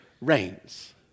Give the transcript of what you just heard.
reigns